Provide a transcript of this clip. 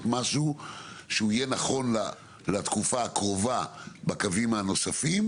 משהו שיהיה נכון לתקופה קרובה בקווים הנוספים,